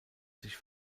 sich